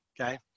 okay